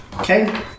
Okay